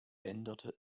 änderte